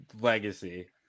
Legacy